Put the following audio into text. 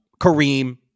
Kareem